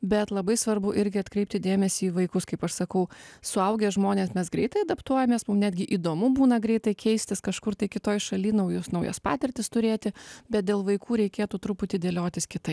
bet labai svarbu irgi atkreipti dėmesį į vaikus kaip aš sakau suaugę žmonės mes greitai adaptuojamės mum netgi įdomu būna greitai keistis kažkur tai kitoje šaly naujus naujas patirtis turėti bet dėl vaikų reikėtų truputį dėliotis kitaip